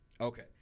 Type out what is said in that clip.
okay